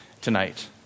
tonight